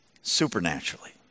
Supernaturally